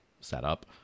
setup